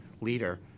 leader